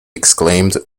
exclaimed